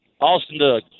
Austin